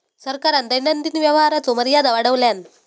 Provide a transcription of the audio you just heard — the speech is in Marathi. सरकारान दैनंदिन व्यवहाराचो मर्यादा वाढवल्यान